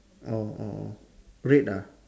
oh oh oh red ah